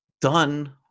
done